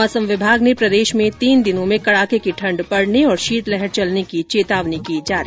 मौसम विभाग ने प्रदेश में तीन दिनों में कड़ाके की ठंड पड़ने और शीतलहर चलने की चेतावनी की जारी